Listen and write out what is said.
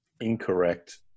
incorrect